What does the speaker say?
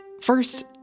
First